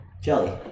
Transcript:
Jelly